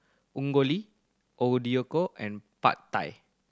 and Pad Thai